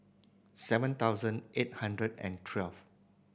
seven thousand eight hundred and twelve